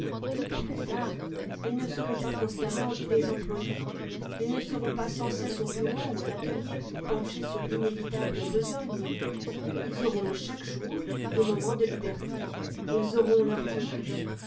mais plus tard ils ne seront pas constamment des emploifés ils ne seront pas sans cesse au bureau ou à l'atelier penchés sur l'inévitable besogne ils auront chaque jour des moments de liberté ils auront leurs dimanches